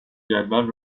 جدول